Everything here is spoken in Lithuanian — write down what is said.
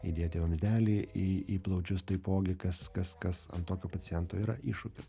įdėti vamzdelį į į plaučius taipogi kas kas kas ant tokio paciento yra iššūkis